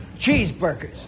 Cheeseburgers